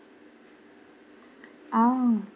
ah